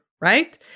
right